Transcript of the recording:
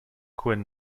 quinn